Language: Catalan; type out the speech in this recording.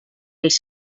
els